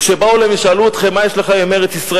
וכשבאו אליהם ושאלו אותם: מה יש לכם עם ארץ-ישראל?